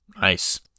Nice